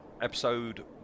episode